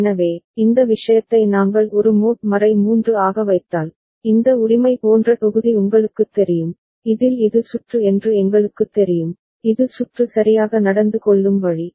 எனவே இந்த விஷயத்தை நாங்கள் ஒரு மோட் 3 ஆக வைத்தால் இந்த உரிமை போன்ற தொகுதி உங்களுக்குத் தெரியும் இதில் இது சுற்று என்று எங்களுக்குத் தெரியும் இது சுற்று சரியாக நடந்து கொள்ளும் வழி